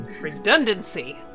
redundancy